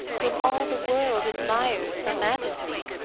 whom all the world admires for majesty.